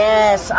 Yes